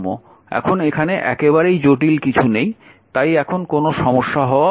এখন এখানে একেবারেই জটিল কিছু নেই তাই এখন কোনও সমস্যা হওয়া উচিত নয়